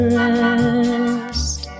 rest